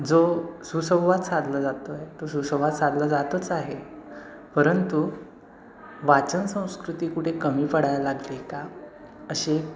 जो सुसंवाद साधला जातो आहे तो सुसंवाद साधला जातच आहे परंतु वाचन संस्कृती कुठे कमी पडाय लागली का अशी एक